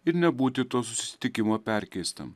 ir nebūti to susitikimo perkeistam